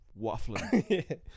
Waffling